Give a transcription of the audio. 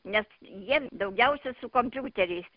nes jie daugiausia su kompiuteriais